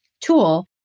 tool